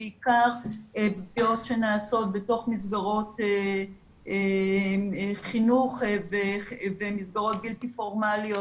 בעיקר פגיעות שנעשות בתוך מסגרות חינוך ומסגרות בלתי פורמליות,